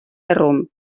rom